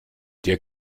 der